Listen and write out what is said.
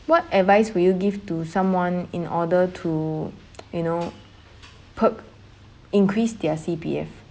what advice would you give to someone in order to you know perk increase their C_P_F